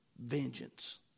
vengeance